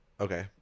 Okay